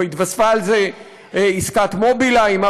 והתווספה על זה עסקת "מובילאיי" עם